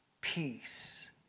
peace